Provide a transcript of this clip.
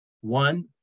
One